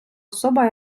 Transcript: особа